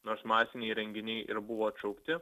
nors masiniai renginiai ir buvo atšaukti